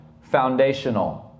foundational